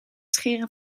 scheren